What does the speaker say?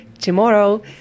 tomorrow